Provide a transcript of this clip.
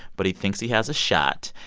but he thinks he has a shot.